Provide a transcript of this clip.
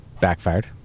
backfired